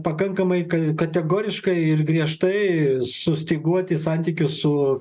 pakankamai k kategoriškai ir griežtai sustyguoti santykius su